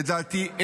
לדעתי,